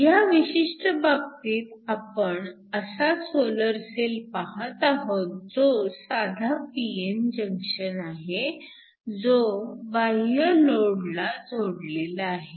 ह्या विशिष्ठ बाबतीत आपण असा सोलर सेल पाहत आहोत जो साधा pn जंक्शन आहे जो बाह्य लोडला जोडलेला आहे